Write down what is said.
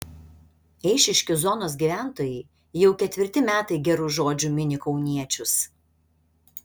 eišiškių zonos gyventojai jau ketvirti metai geru žodžiu mini kauniečius